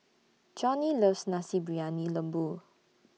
Johnnie loves Nasi Briyani Lembu